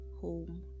home